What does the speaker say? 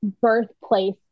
birthplace